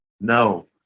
no